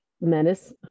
menace